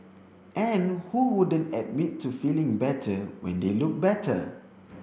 and who wouldn't admit to feeling better when they look better